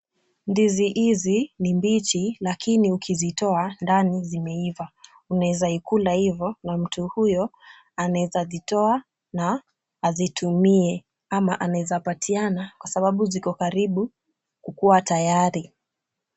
Ndizi hizi ni mbichi lakini ukizitoa ndani zimeiva. Unaeza ikula ivo na mtu huyo anaweza zitoa na azitumie ama anaeza patiana kwa sababu ziko karibu kukuwa tayari.